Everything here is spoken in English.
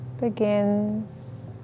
begins